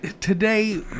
today